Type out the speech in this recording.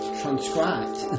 transcribed